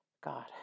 God